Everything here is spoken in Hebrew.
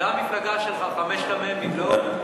זה המפלגה שלך, חמשת המ"מים, לא?